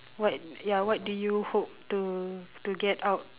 what ya what do you hope to to get out